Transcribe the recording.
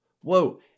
whoa